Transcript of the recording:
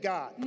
God